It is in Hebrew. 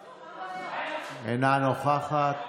מה הבעיה?